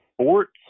sports